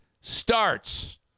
starts